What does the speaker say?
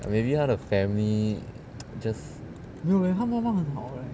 maybe 他的 family just